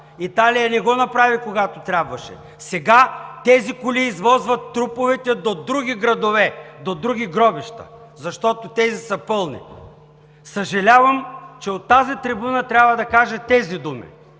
Италия не го направи, когато трябваше. Сега тези коли извозват труповете до други градове, до други гробища, защото тези са пълни. Съжалявам, че от тази трибуна трябва да кажа тези думи,